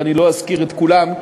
ולא אזכיר את כולם,